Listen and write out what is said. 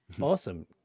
Awesome